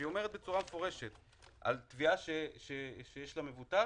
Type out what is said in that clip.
והיא אומרת בצורה מפורשת על תביעה שיש למבוטח,